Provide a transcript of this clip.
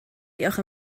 diolch